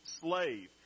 slave